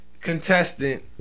contestant